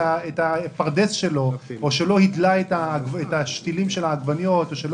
את הפרדס שלו או לא הדלה את שתילי העגבניות או לא